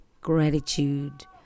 gratitude